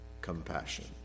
compassion